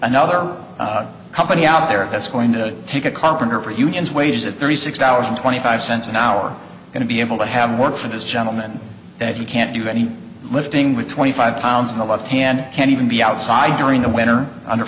another company out there that's going to take a carpenter for unions wages at thirty six hours and twenty five cents an hour going to be able to have work for this gentleman and if you can't do any lifting with twenty five pounds on the lefthand can even be outside during the winter under